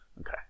Okay